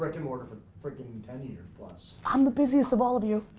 brick and mortar for fricking ten years plus. i'm the busiest of all of you.